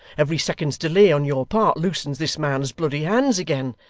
every second's delay on your part loosens this man's bloody hands again,